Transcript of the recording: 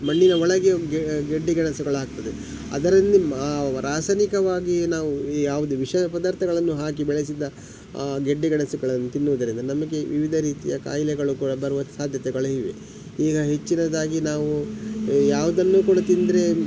ಮಣ್ಣಿನ ಒಳಗೆ ಗೆಡ್ಡೆ ಗೆಣಸುಗಳಾಗ್ತದೆ ಅದರಲ್ಲಿ ರಾಸಾಯನಿಕವಾಗಿ ನಾವು ಯಾವುದು ವಿಷ ಪದಾರ್ಥಗಳನ್ನು ಹಾಕಿ ಬೆಳೆಸಿದ ಗೆಡ್ಡೆ ಗೆಣಸುಗಳನ್ನು ತಿನ್ನುವುದರಿಂದ ನಮಗೆ ವಿವಿಧ ರೀತಿಯ ಕಾಯಿಲೆಗಳು ಕೂಡ ಬರುವ ಸಾಧ್ಯತೆಗಳು ಇವೆ ಈಗ ಹೆಚ್ಚಿನದಾಗಿ ನಾವು ಯಾವುದನ್ನೂ ಕೂಡ ತಿಂದರೆ